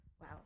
Wow